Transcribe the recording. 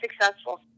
successful